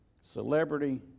Celebrity